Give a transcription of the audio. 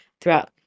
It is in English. throughout